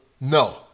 No